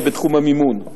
ובתחום המימון,